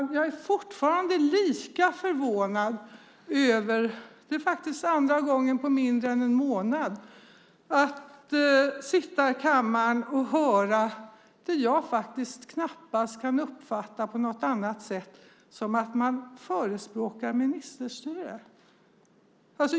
Jag är fortfarande lika förvånad över att, för andra gången på mindre än en månad, sitta i kammaren och höra något som jag knappast kan uppfatta på något annat sätt än som att man förespråkar ministerstyre.